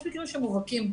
יש מקרים שהם מובהקים,